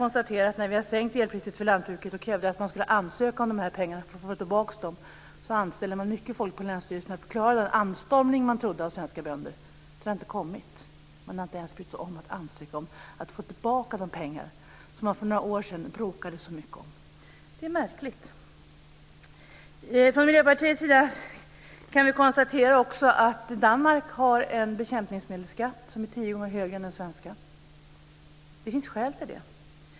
När vi hade sänkt elpriset för lantbruket och krävde att man skulle ansöka om pengarna för att få tillbaka dem anställde man mycket folk på länsstyrelserna för att klara den anstormning av svenska bönder som man väntade. Den har inte kommit. Bönderna har inte ens brytt sig om att ansöka om att få tillbaka de pengar som de för några år sedan bråkade så mycket om. Det är märkligt. Vi kan också konstatera att Danmark har en bekämpningsmedelsskatt som är tio gånger högre än den svenska. Det finns skäl till det.